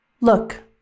Look